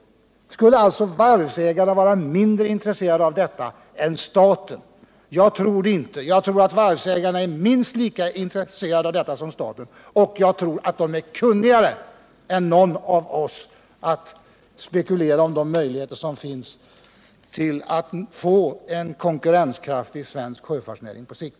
Skulle alltså redarna vara mindre intresserade av detta än staten? Jag tror inte det, utan jag tror att redarna är minst lika intresserade av detta som staten och jag tror att de är kunnigare än någon av oss att spekulera om de möjligheter som finns för att få en konkurrenskraftig svensk sjöfartsnäring på sikt.